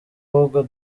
ahubwo